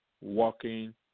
walking